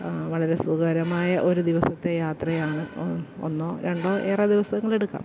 വളരെ സുഖകരമായ ഒരു ദിവസത്തെ യാത്രയാണ് ഒന്നോ രണ്ടോ ഏറെ ദിവസങ്ങൾ എടുക്കാം